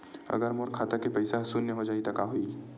अगर मोर खाता के पईसा ह शून्य हो जाही त का होही?